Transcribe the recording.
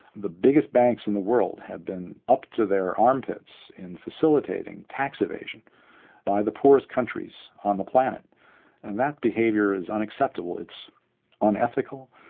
the biggest banks in the world have been up to their armpits in facilitating tax evasion by the poorest countries on the planet, and that behaviour is unacceptable, it's unethical,